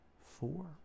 four